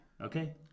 Okay